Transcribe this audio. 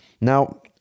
Now